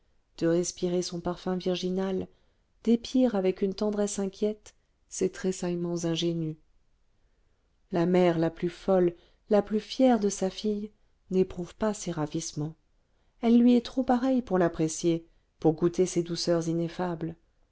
de respirer son parfum virginal d'épier avec une tendresse inquiète ses tressaillements ingénus la mère la plus folle la plus fière de sa fille n'éprouve pas ces ravissements elle lui est trop pareille pour l'apprécier pour goûter ces douceurs ineffables